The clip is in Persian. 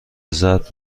زرد